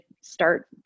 start